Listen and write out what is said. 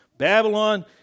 Babylon